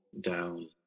down